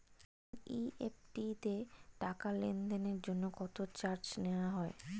NEFT তে টাকা লেনদেনের জন্য কত চার্জ নেয়া হয়?